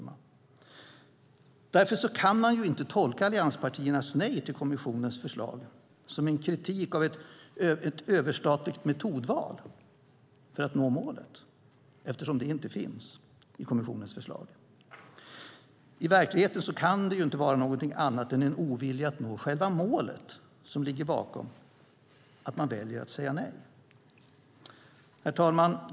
Man kan inte tolka allianspartiernas nej till kommissionens förslag som en kritik av ett överstatligt metodval för att nå målet, eftersom det inte finns i kommissionens förslag. I verkligheten kan det inte vara någonting annat än en ovilja att nå själva målet som ligger bakom att man väljer att säga nej. Herr talman!